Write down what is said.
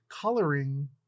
coloring